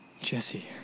Jesse